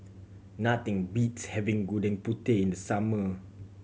nothing beats having Gudeg Putih in the summer